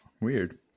Weird